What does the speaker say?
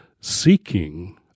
seeking